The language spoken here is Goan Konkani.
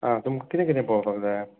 आ तुमकां किदें किदें पोळोपाक जाय